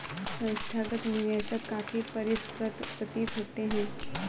संस्थागत निवेशक काफी परिष्कृत प्रतीत होते हैं